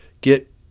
get